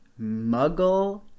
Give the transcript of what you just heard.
muggle